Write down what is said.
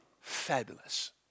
fabulous